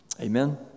Amen